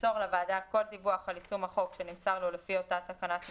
ימסור לוועדה כל דיווח על יישום החוק שנמסר לו לפי אותה תקנת משנה,